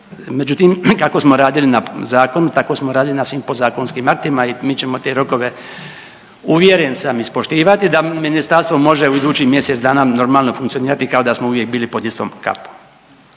međutim, kako smo radili na zakonu, tako smo radili na svim podzakonskim aktima i mi ćemo te rokove, uvjeren sam, ispoštivati, da Ministarstvo može u idućih mjesec dana normalno funkcionirati kao da smo uvijek bili pod istom kapom.